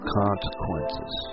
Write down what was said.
consequences